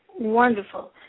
Wonderful